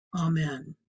Amen